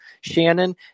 Shannon